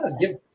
give